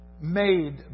made